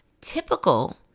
typical